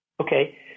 Okay